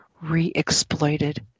re-exploited